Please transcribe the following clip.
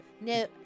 No